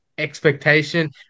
expectation